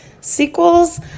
sequels